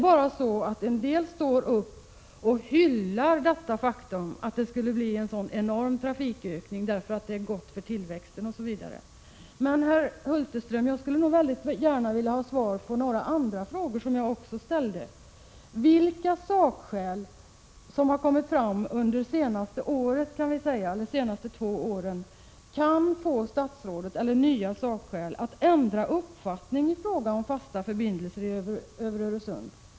Men en del står upp och hyllar detta faktum att det skulle bli en sådan enorm trafikökning, därför att det är bra för tillväxten osv. Men, herr Hulterström, jag skulle gärna vilja ha svar på några andra frågor som jag ställde. Vilka nya sakskäl kan få statsrådet att ändra uppfattning i fråga om fasta förbindelser över Öresund?